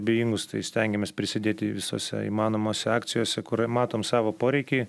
abejingus tai stengiamės prisidėti visose įmanomose akcijose kur matom savo poreikį